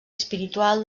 espiritual